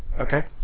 Okay